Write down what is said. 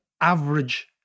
average